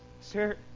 sir